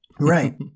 Right